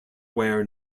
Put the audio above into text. where